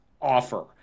offer